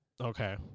Okay